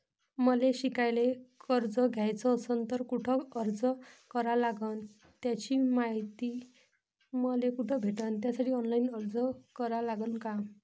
मले शिकायले कर्ज घ्याच असन तर कुठ अर्ज करा लागन त्याची मायती मले कुठी भेटन त्यासाठी ऑनलाईन अर्ज करा लागन का?